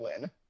win